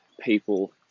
people